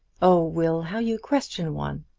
oh, will how you question one!